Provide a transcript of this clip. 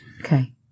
Okay